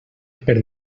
per